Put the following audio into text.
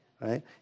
right